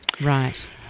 Right